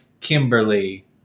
Kimberly